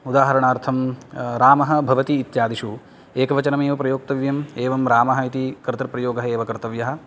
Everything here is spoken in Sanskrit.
उदाहरणार्थं रामः भवति इत्यादिषु एकवचनम् एव प्रयोक्तव्यं एवं रामः इति कर्तृप्रयोगः एव कर्तव्यः